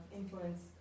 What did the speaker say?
influence